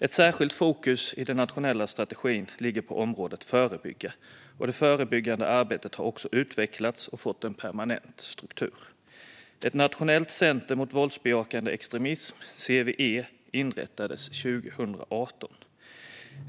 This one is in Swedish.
Ett särskilt fokus i den nationella strategin ligger på området förebygga, och det förebyggande arbetet har också utvecklats och fått en permanent struktur. Ett nationellt center mot våldsbejakande extremism, CVE, inrättades 2018.